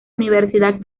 universidad